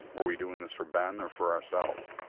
were we doing this for ben or for ourselves?